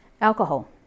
Alcohol